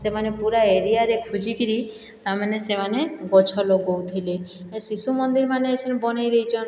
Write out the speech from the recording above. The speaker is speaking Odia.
ସେମାନେ ପୁରା ଏରିଆରେ ଖୁଜିକିରି ତାର୍ ମାନେ ସେମାନେ ଗଛ ଲଗଉଥିଲେ ଏ ଶିଶୁ ମନ୍ଦିର ମାନେ ଏଛେନ୍ ବନେଇ ଦେଇଛନ୍